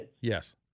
Yes